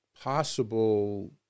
Possible